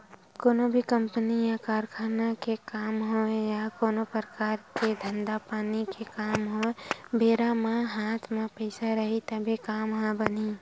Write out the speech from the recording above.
कोनो भी कंपनी या कारखाना के काम होवय या कोनो परकार के धंधा पानी के काम होवय बेरा म हात म पइसा रइही तभे काम ह बनही